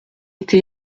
été